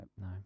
No